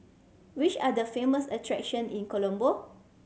which are the famous attraction in Colombo